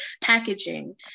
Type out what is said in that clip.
packaging